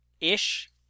ish